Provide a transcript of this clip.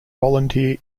volunteer